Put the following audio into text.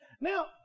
Now